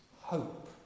hope